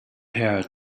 pair